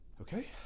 Okay